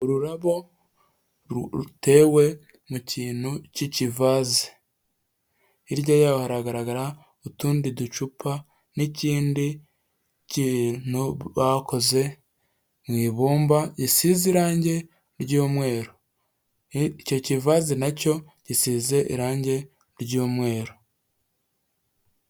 Ururabo rutewe mu kintu cy'ikivaze hirya yaho hagaragara utundi ducupa n'ikindi kintu bakoze mw’ibumba gisize irangi ry'umweru icyo kivaze nacyo gisize irangi ry’umweru.